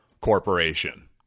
corporation